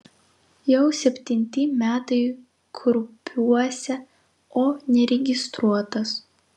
jau septinti metai kruopiuose o neregistruotas